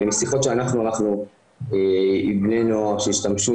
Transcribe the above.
משיחות שאנחנו ערכנו עם בני נוער שהשתמשו